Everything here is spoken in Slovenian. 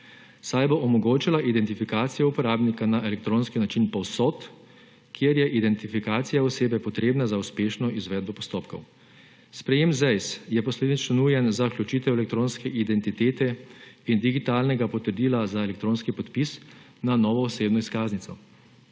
saj bo omogočila identifikacijo uporabnika na elektronski način povsod, kjer je identifikacija osebe potrebna za uspešno izvedbo postopkov. Sprejetje ZEISZ je posledično nujno za vključitev elektronske identitete in digitalnega potrdila za elektronski podpis na novo osebno izkaznico.